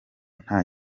nta